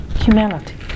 humanity